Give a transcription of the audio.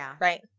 right